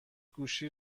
گوشی